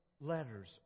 letters